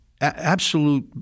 absolute